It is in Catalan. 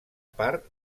part